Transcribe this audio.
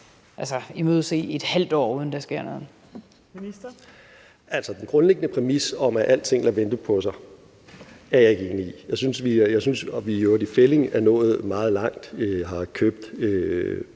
Justitsministeren (Nick Hækkerup): Altså, den grundlæggende præmis om, at alting lader vente på sig, er jeg ikke enig i. Jeg synes, at vi – i øvrigt i fællig – er nået meget langt. Vi har købt